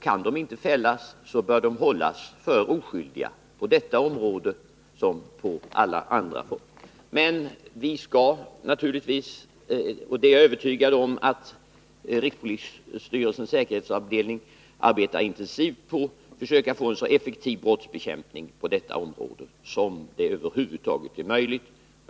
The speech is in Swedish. Kan de inte fällas bör de också på detta område hållas för oskyldiga. Men vi skall naturligtvis — och det är jag övertygad om att rikspolisstyrelsens säkerhetsavdelning arbetar intensivt på — försöka få en så effektiv brottsbekämpning på detta område som det över huvud taget är möjligt.